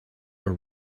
are